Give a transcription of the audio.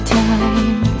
time